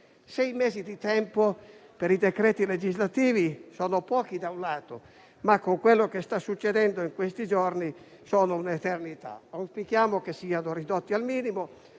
Sei mesi di tempo per l'adozione dei decreti legislativi sono pochi da un lato, ma con quello che sta succedendo in questi giorni sono un'eternità. Auspichiamo che siano ridotti al minimo.